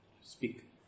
speak